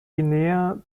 guinea